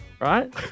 Right